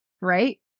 Right